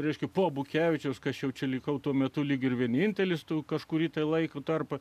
reiškiu po bukevičiaus ką aš jau čia likau tuo metu lyg ir vienintelis tų kažkurį laiko tarpą